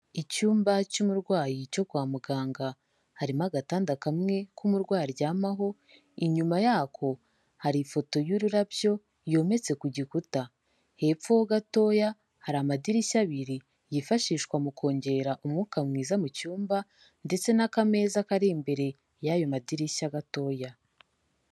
Icyumba cy'umurwayi cyo kwa muganga, harimo agatanda kamwe k'umurwayi aryamaho, inyuma yako hari ifoto y'ururabyo yometse ku gikuta, hepfo gatoya hari amadirishya abiri yifashishwa mu kongera umwuka mwiza mu cyumba ndetse n'akameza kari imbere y'ayo madirishya gatoya.